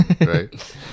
right